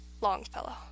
Longfellow